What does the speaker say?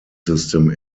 system